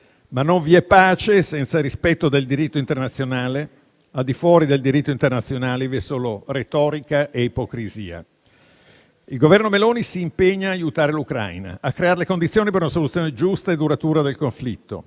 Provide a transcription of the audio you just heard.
Ma non vi è pace senza rispetto del diritto internazionale. Al di fuori del diritto internazionale vi è solo retorica e ipocrisia. Il Governo Meloni si impegna ad aiutare l'Ucraina, a creare le condizioni per una soluzione giusta e duratura del conflitto